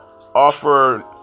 offer